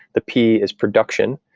the p is production.